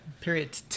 Period